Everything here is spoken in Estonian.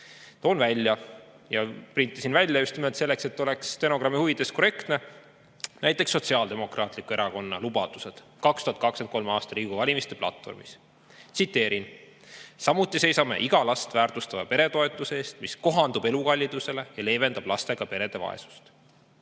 Toon välja – printisin need välja just nimelt selleks, et oleks stenogrammi huvides korrektne – näiteks Sotsiaaldemokraatliku Erakonna lubadused 2023. aasta Riigikogu valimiste platvormis. Tsiteerin: "Samuti seisame iga last väärtustava peretoetuse eest, mis kohandub elukallidusele ja leevendab lastega perede vaesust."